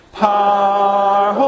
power